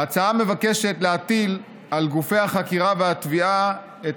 ההצעה מבקשת להטיל על גופי החקירה והתביעה את